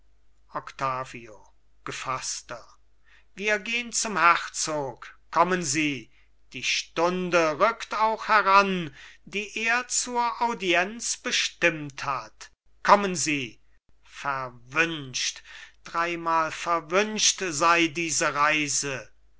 gefaßter wir gehn zum herzog kommen sie die stunde rückt auch heran die er zur audienz bestimmt hat kommen sie verwünscht dreimal verwünscht sei diese reise